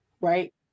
right